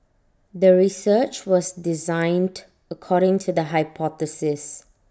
the research was designed according to the hypothesis